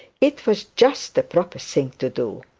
it was just the proper thing to do.